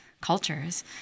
cultures